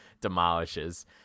demolishes